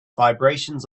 vibrations